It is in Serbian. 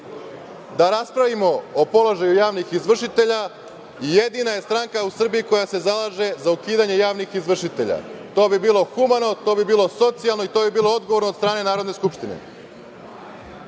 da raspravimo o položaju javnih izvršitelja i jedina je stranka u Srbiji koja se zalaže za ukidanje javnih izvršitelja. To bi bilo humano, to bi bilo socijalno i to bi bilo odgovorno od strane Narodne skupštine.